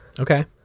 Okay